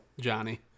Johnny